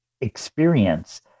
experience